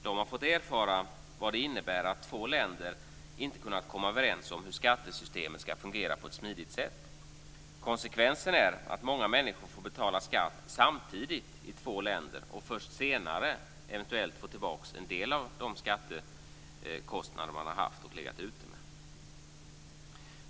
De har fått erfara vad det innebär att två länder inte kunnat komma överens om hur skattesystemet ska fungera på ett smidigt sätt. Konsekvensen är att många människor får betala skatt samtidigt i två länder och först senare eventuellt få tillbaka en del av de skattekostnader man har haft och legat ute med.